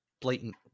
blatant